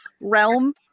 realm